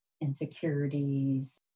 insecurities